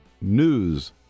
News